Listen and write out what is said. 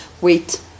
wait